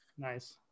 Nice